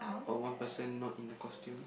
or one person not in the costume